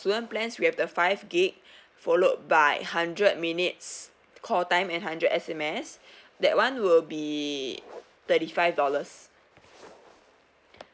student plans we have the five gig followed by hundred minutes call time and hundred S_M_S that [one] will be thirty five dollars